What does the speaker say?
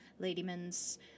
ladymans